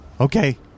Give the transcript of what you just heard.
Okay